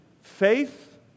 faith